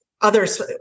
others